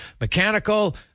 mechanical